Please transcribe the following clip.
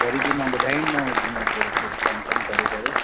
वरी बि मां ॿुधाईंदोमांव जीअं थोरो सो कंफॉम करे करे